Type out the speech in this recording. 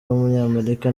w’umunyamerika